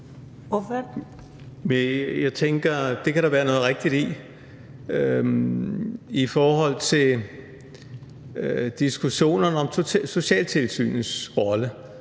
(EL): Jeg tænker, at det kan der være noget rigtigt i. I forhold til diskussionen om socialtilsynets rolle